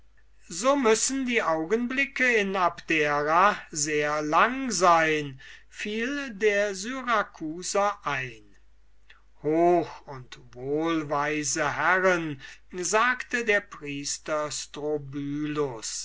augenblickeso müssen die augenblicke in abdera sehr lang sein fiel der syrakusaner ein hoch und wohlweise herren sagte der priester